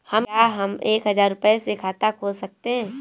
क्या हम एक हजार रुपये से खाता खोल सकते हैं?